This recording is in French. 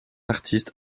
artiste